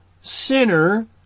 sinner